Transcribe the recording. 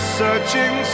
searching